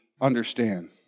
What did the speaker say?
understand